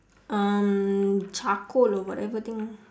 um charcoal or whatever thing